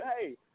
hey